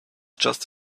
just